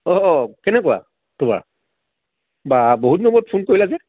অ কেনেকুৱা তোমাৰ বা বহুত দিনৰ মূৰত ফোন কৰিলা যে